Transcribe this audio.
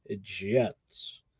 Jets